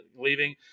leaving